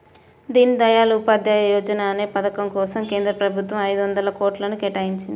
దీన్ దయాళ్ ఉపాధ్యాయ యోజనా అనే పథకం కోసం కేంద్ర ప్రభుత్వం ఐదొందల కోట్లను కేటాయించింది